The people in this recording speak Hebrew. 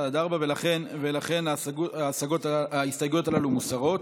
1 4, ולכן ההסתייגויות הללו מוסרות.